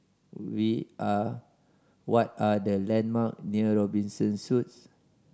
where are what are the landmark near Robinson Suites